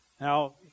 Now